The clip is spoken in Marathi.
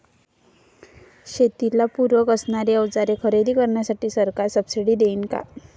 शेतीला पूरक असणारी अवजारे खरेदी करण्यासाठी सरकार सब्सिडी देईन का?